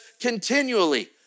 continually